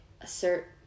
assert